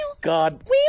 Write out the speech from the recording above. God